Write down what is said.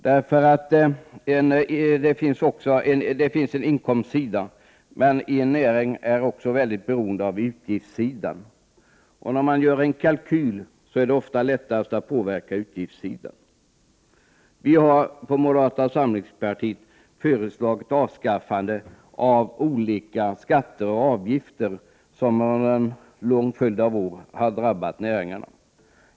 Det finns en inkomstsida, men en näring är också mycket beroende av utgiftssidan. När man gör en kalkyl är det ofta lättast att påverka utgiftssidan. Moderata samlingspartiet har föreslagit ett avskaffande av olika skatter och avgifter som under en lång följd av år har drabbat näringarna.